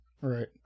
right